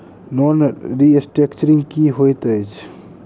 Loan restructuring की होइत अछि?